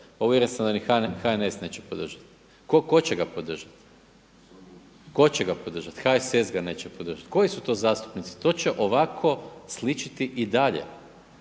uvjeren sam da ni HNS neće podržati. Tko će ga podržati? HSS ga neće podržati. Koji su to zastupnici? To će ovako sličiti i dalje.